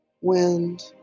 wind